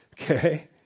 Okay